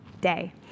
day